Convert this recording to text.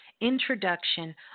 introduction